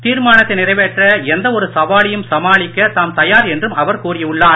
தீர்மானத்தை நிறைவேற்ற எந்த ஒரு சவாலையும் சமாளிக்க தாம் தயார் என்றும் அவர் கூறி உள்ளார்